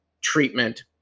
treatment